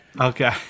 Okay